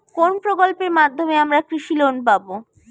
কোন প্রকল্পের মাধ্যমে আমরা কৃষি লোন পাবো?